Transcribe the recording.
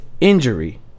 injury